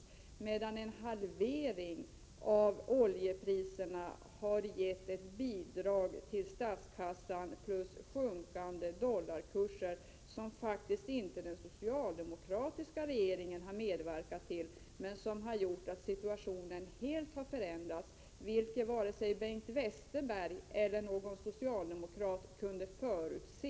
Däremot har den senare halveringen av oljepriset inneburit ett bidrag till statskassan. Därtill kommer de sjunkande dollarkurserna. Den socialdemokratiska regeringen har alltså faktiskt inte medverkat till denna utveckling, som har gjort att situationen helt har förändrats — en utveckling som varken Bengt Westerberg eller någon socialdemokrat kunnat förutse.